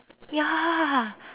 ya